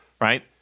right